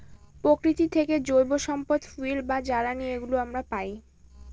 প্রকৃতি থেকে জৈব সম্পদ ফুয়েল বা জ্বালানি এগুলো আমরা পায়